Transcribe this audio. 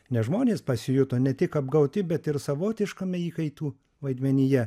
nes žmonės pasijuto ne tik apgauti bet ir savotiškame įkaitų vaidmenyje